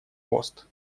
пост